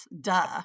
Duh